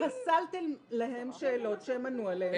פסלתם להם שאלות שהם ענו עליהן תשובות נכונות.